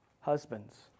Husbands